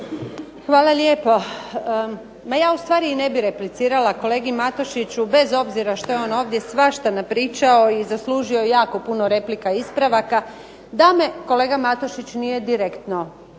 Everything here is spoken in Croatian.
Hvala lijepo. Ma ja ustvari i ne bih replicirala kolegi Matošiću bez obzira što je on ovdje svašta napričao i zaslužio jako puno replika i ispravaka da me kolega Matošić nije direktno